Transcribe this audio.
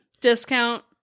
discount